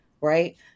right